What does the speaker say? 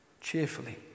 cheerfully